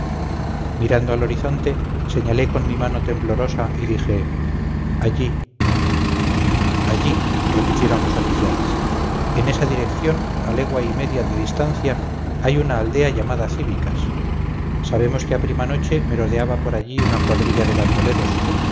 mirando al horizonte señalé con mi mano temblorosa y dije allí allí repitieron los oficiales en esa dirección a legua y media de distancia hay una aldea llamada cíbicas sabemos que a prima noche merodeaba por allí una cuadrilla de bandoleros